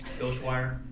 Ghostwire